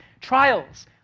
trials